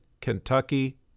Kentucky